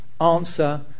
answer